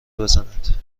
بزند